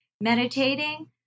meditating